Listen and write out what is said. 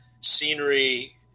scenery